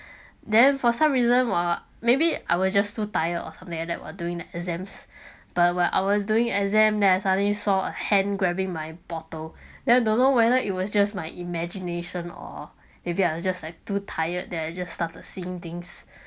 then for some reason were maybe I were just too tired or something like that while doing exams but were I was doing exam then I suddenly saw a hand grabbing my bottle then I don't know whether it was just my imagination or maybe I was just like too tired that I just started seeing things